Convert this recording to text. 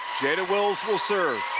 jada wills will serve.